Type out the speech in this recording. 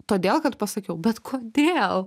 todėl kad pasakiau bet kodėl